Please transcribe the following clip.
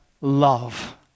love